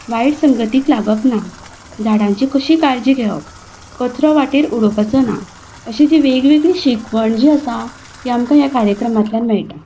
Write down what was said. वायट संगतीक लागप ना झाडांची कशी काळजी घेवप कचरो वाटेर उडोवपाचो ना अशी जी वेग वेगळी शिकवण जी आसा ती आमकां ह्या कार्यक्रमांतल्यान मेळटा